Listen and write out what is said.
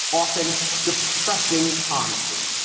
often depressing honesty,